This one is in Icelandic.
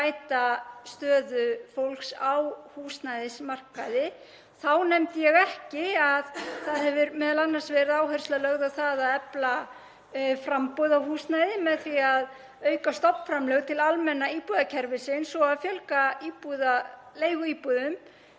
til þess að bæta stöðu fólks á húsnæðismarkaði. Þá nefndi ég ekki að það hefur m.a. verið áhersla lögð á það að efla framboð á húsnæði með því að auka stofnframlög til almenna íbúðakerfisins og fjölga leiguíbúðum